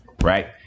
right